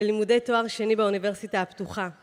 לימודי תואר שני באוניברסיטה הפתוחה